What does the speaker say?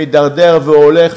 מידרדר והולך.